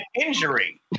injury